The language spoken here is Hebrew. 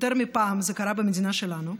יותר מפעם זה קרה במדינה שלנו.